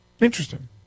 Interesting